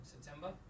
September